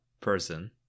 person